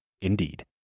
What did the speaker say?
Indeed